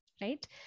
right